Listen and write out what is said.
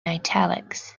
italics